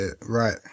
right